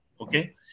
Okay